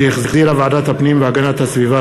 שהחזירה ועדת הפנים והגנת הסביבה.